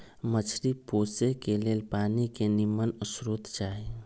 मछरी पोशे के लेल पानी के निम्मन स्रोत चाही